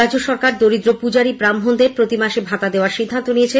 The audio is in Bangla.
রাজ্য সরকার দরিদ্র পূজারী ব্রাহ্মণদের প্রতিমাসে ভাতা দেওয়ার সিদ্ধান্ত নিয়েছে